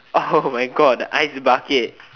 oh my god the ice bucket